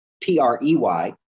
P-R-E-Y